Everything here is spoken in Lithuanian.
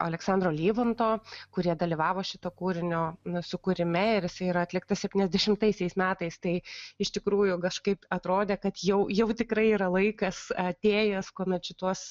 aleksandro livonto kurie dalyvavo šito kūrinio sukūrime ir jisai yra atliktas septyniasdešimtaisiais metais tai iš tikrųjų kažkaip atrodė kad jau jau tikrai yra laikas atėjęs kuomet šituos